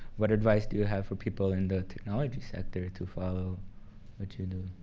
what advice do you have for people in the technology sector to follow what you do.